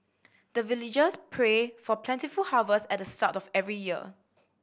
the villagers pray for plentiful harvest at the start of every year